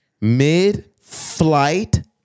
Mid-flight